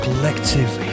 Collective